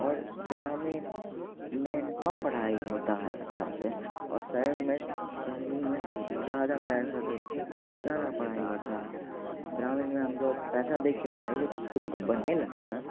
और ग्रामीण में कम पढ़ाई होता है अच्छा से और शहर में शहरी में ज़्यादा पैसा दे के ज़्यादा पढ़ाई होता है ग्रामीण में हम लोग पैसा दे के प्राइवेट इस्कूल अब बनने लगा है